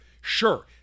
Sure